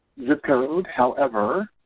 zip code. however